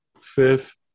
fifth